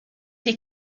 hier